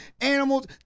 animals